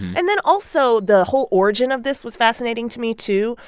and then, also, the whole origin of this was fascinating to me, too,